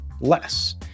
less